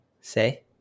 say